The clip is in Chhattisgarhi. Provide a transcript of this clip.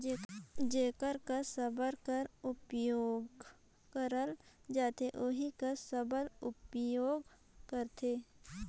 जेकर कस साबर कर उपियोग करल जाथे ओही कस सबली उपियोग करथे